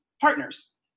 partners